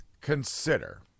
consider